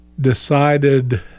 decided